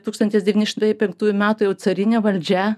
tūkstantis devyni šimtai penktųjų metų jau carinė valdžia